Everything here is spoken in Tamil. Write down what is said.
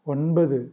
ஒன்பது